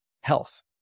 health